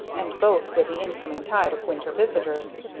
and both with the incoming tide of winter visitors.